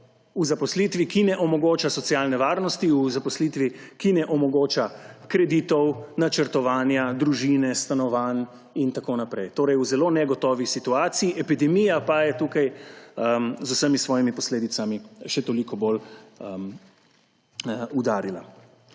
v zaposlitvi, ki ne omogoča socialne varnosti, v zaposlitvi, ki ne omogoča kreditov, načrtovanja družine, stanovanj in tako naprej. Torej, v zelo negotovi situaciji, epidemija pa je tukaj z vsemi svojimi posledicami še toliko bolj udarila.